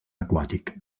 aquàtic